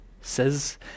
says